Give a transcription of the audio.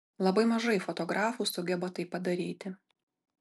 labai mažai fotografų sugeba tai padaryti